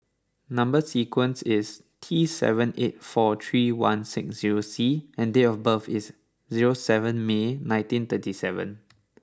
number sequence is T seven eight four three one six zero C and date of birth is zero seven May nineteen thirty seven